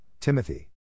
Timothy